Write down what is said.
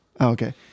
Okay